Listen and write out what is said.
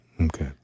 Okay